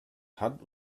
hand